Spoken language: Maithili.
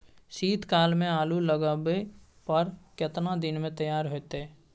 शीत काल में आलू लगाबय पर केतना दीन में तैयार होतै?